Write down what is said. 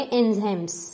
enzymes